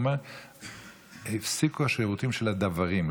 הוא אמר שהפסיקו השירותים של הדוורים,